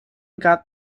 got